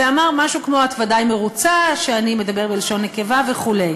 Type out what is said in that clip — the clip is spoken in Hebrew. ואמר משהו: את ודאי מרוצה שאני מדבר בלשון נקבה וכו'.